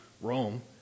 Rome